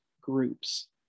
groups